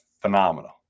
phenomenal